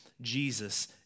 Jesus